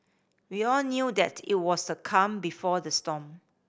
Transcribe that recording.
we all knew that it was the calm before the storm